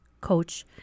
coach